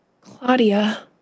Claudia